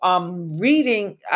Reading